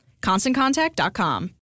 ConstantContact.com